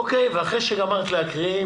אחרי שסיימת להקריא.